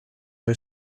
are